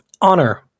Honor